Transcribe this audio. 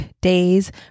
days